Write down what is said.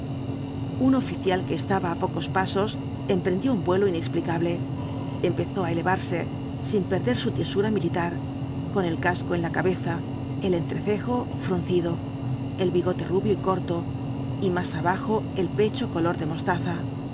un oficial que estaba á pocos pasos emprendió un vuelo inexplicable empezó á elevarse sin perder su tiesura militar con el casco en la cabeza el entrecejo fruncido el bigote rubio y corto y más abajo el pecho color de mostaza